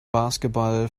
basketball